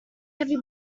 heavy